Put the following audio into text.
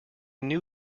new